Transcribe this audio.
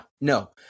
No